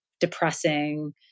depressing